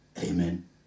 Amen